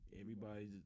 everybody's